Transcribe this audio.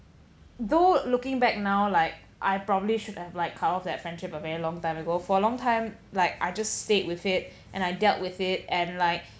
though looking back now like I probably should have like cutoff that friendship a very long time ago for a long time like I just stayed with it and I dealt with it and like